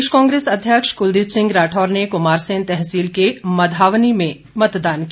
प्रदेश कांग्रेस अध्यक्ष कुलदीप सिंह राठौर ने कुमारसैन तहसील के मधावानी में मतदान किया